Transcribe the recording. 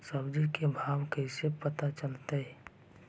सब्जी के का भाव है कैसे पता चलतै?